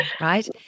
right